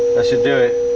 i should do it.